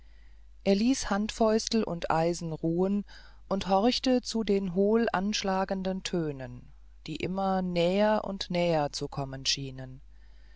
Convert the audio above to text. er ließ handfäustel und eisen ruhen und horchte zu den hohl anschlagenden tönen die immer näher und näher zu kommen schienen